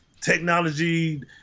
technology